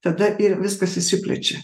tada ir viskas išsiplečia